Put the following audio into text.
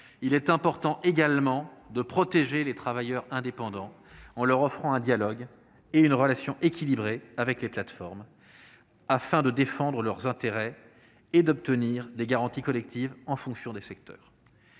il est important de protéger les travailleurs indépendants en leur permettant d'avoir un dialogue et une relation équilibrés avec les plateformes, afin qu'ils puissent défendre leurs intérêts et obtenir des garanties collectives en fonction des secteurs.